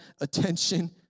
attention